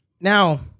now